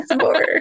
more